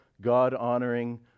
God-honoring